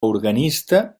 organista